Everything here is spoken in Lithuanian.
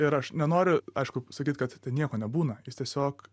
ir aš nenoriu aišku sakyt kad ten nieko nebūna jis tiesiog